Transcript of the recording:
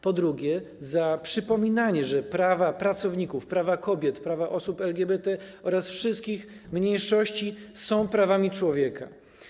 Po drugie, przypominanie, że prawa pracowników, prawa kobiet, prawa osób LGBT oraz wszystkich mniejszości są prawami człowieka.